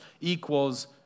equals